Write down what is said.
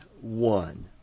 one